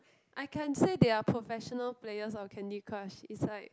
I can say they are professional players of Candy-Crush is like